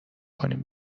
کنیم